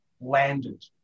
landed